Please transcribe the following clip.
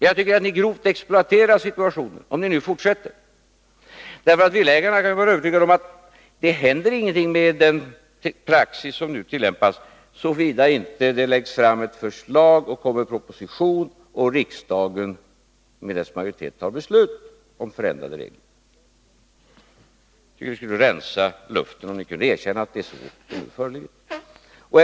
Jag tycker att ni grovt exploaterar situationen om ni fortsätter på detta vis, för villaägarna kan vara övertygade om att det inte händer någonting med den praxis som nu tillämpas såvida det inte läggs fram ett förslag samt avlämnas en proposition och riksdagen, med dess majoritet, tar beslut om förändrade regler. Det skulle rensa luften om ni kunde erkänna att det inte föreligger något hot.